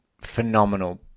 phenomenal